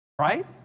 Right